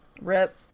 rip